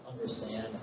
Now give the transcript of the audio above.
understand